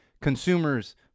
consumers